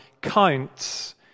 counts